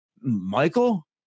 Michael